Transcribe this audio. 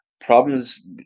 problems